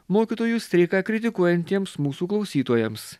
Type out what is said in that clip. mokytojų streiką kritikuojantiems mūsų klausytojams